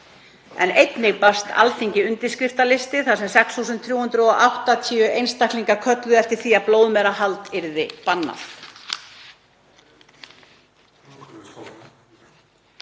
Einnig barst Alþingi undirskriftalisti þar sem 6.380 manns kölluðu eftir því að blóðmerahald yrði bannað.